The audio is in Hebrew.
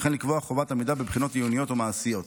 וכן לקבוע חובת עמידה בבחינות עיוניות או מעשיות.